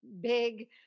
big